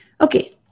Okay